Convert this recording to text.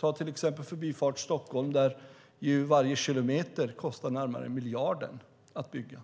Ta till exempel Förbifart Stockholm där varje kilometer kostar närmare miljarden att bygga.